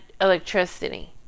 electricity